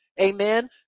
amen